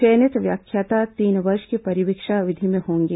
चयनित व्याख्याता तीन वर्ष की परिवीक्षा अवधि में होंगे